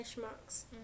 marks